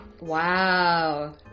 Wow